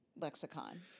lexicon